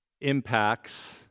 impacts